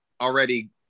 already